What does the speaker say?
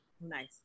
nice